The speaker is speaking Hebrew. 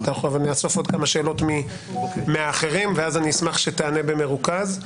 ונאסוף עוד כמה שאלות מהאחרים ואז אשמח שתענה במרוכז.